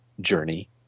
journey